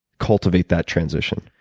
cultivate that transition?